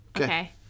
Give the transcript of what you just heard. Okay